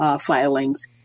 filings